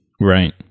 right